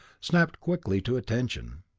snapped quickly to attention.